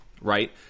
right